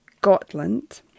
Gotland